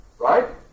right